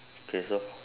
K so